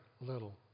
little